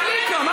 הקליקה.